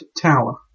tower